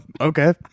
okay